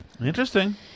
interesting